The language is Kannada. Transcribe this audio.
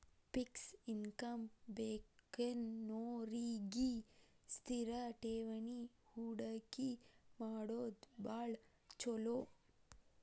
ಫಿಕ್ಸ್ ಇನ್ಕಮ್ ಬೇಕನ್ನೋರಿಗಿ ಸ್ಥಿರ ಠೇವಣಿ ಹೂಡಕಿ ಮಾಡೋದ್ ಭಾಳ್ ಚೊಲೋ